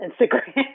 Instagram